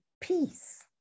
peace